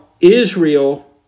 Israel